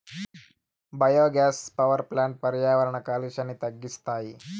biogas power ప్లాంట్లు పర్యావరణ కాలుష్యాన్ని తగ్గిస్తాయి